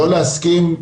להסכים,